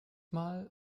mal